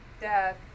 death